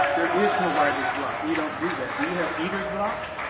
there is no writer's block, we don't do that. do you have eater's block?